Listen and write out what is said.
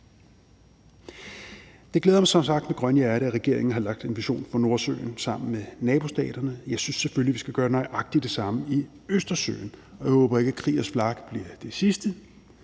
Det glæder som sagt mit grønne hjerte, at regeringen har lagt den vision for Nordsøen sammen med nabostaterne, og jeg synes selvfølgelig, vi skal gøre nøjagtig det samme i Østersøen. Jeg håber ikke, at Kriegers Flak bliver det sidste,